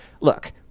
look